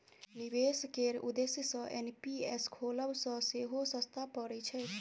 निबेश केर उद्देश्य सँ एन.पी.एस खोलब सँ सेहो सस्ता परय छै